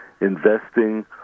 investing